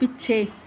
ਪਿੱਛੇ